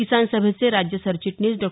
किसान सभेचे राज्य सरचिटणीस डॉ